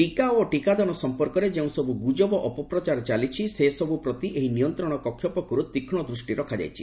ଟିକା ଓ ଟିକାଦାନ ସମ୍ପର୍କରେ ଯେଉଁସବୁ ଗୁଜବ ଅପପ୍ରଚାର ଚାଲିଛି ସେସବୁ ପ୍ରତି ଏହି ନିୟନ୍ତ୍ରଣ କକ୍ଷ ପକ୍ଷରୁ ତୀକ୍ଷ୍କ ଦୃଷ୍ଟି ରଖାଯାଇଛି